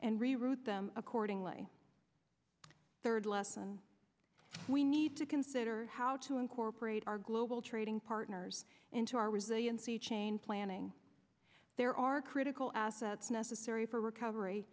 and reroute them accordingly third lesson we need to consider how to incorporate our global trading partners into our resiliency chain planning there are critical assets necessary for recovery